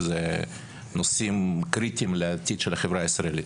שזה נושאים קריטיים לעתיד של החברה הישראלית.